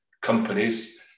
companies